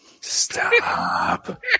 Stop